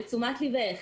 לתשומת ליבך,